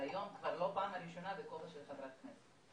היום כבר לא הפעם הראשונה בכובע של חברת כנסת.